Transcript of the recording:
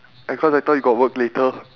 and cause I thought you got work later